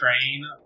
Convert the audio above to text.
train